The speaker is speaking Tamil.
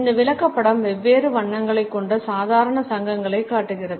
இந்த விளக்கப்படம் வெவ்வேறு வண்ணங்களைக் கொண்ட சாதாரண சங்கங்களைக் காட்டுகிறது